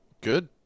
Good